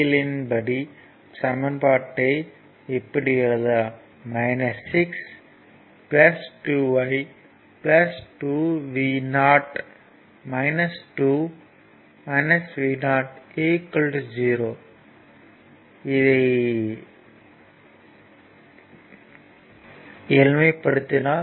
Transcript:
L இன் படி சமன்பாட்டை இப்படி எழுதலாம்